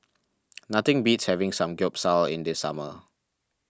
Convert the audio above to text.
nothing beats having Samgeyopsal in the summer